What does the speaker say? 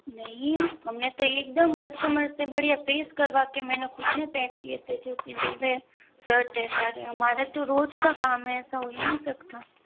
नहीं हम ने तो एकदम कस्टमर से बढ़िया प्रेस करवा के मैंने खुद ने पैक किए थे जो सिले हुए शर्ट हैं सारे हमारे तो रोज का काम है ऐसा तो हो ही नहीं सकता